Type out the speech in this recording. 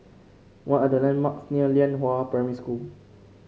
what are the landmarks near Lianhua Primary School